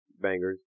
bangers